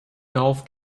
golf